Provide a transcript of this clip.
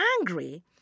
angry